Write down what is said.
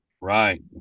Right